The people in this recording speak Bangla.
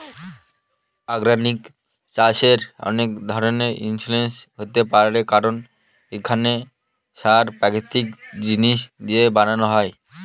অর্গানিক চাষবাসের অনেক ধরনের ইস্যু হতে পারে কারণ সেখানে সার প্রাকৃতিক জিনিস দিয়ে বানানো হয়